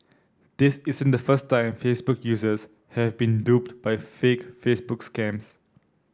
this isn't the first time Facebook users have been duped by fake Facebook scams